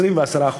20% ו-10%.